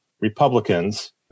Republicans